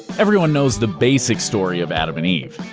everyone knows the basic story of adam and eve.